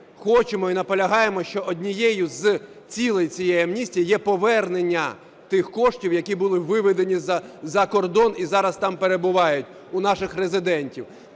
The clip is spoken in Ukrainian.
хочемо і наполягаємо, що однією з цілей цієї амністії є повернення тих коштів, які були виведені за кордон і зараз там перебувають у наших резидентів.